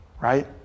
right